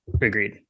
Agreed